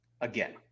again